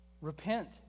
Repent